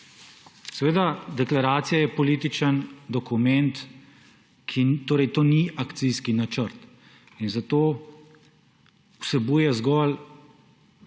Deklaracija je politični dokument, torej to ni akcijski načrt in zato vsebuje zgolj